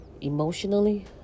emotionally